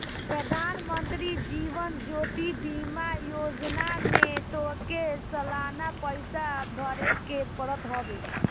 प्रधानमंत्री जीवन ज्योति बीमा योजना में तोहके सलाना पईसा भरेके पड़त हवे